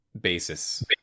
basis